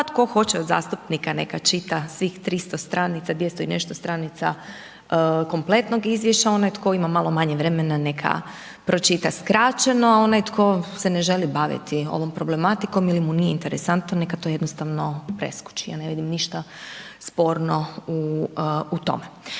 tko hoće od zastupnika, neka čita svih 300 stranica, 200 i nešto stranica kompletnog izvješća. Onaj tko ima malo manje vremena neka pročita skraćeno, a onaj tko se ne želi baviti ovom problematikom ili mu nije interesantno, neka to jednostavno preskoči, ja ne vidim ništa sporno u tome.